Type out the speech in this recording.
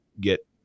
get –